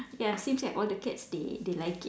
ya seems like all the cats they they like it